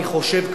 אני חושב,